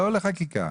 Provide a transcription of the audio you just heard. לא לחקיקה.